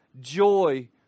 joy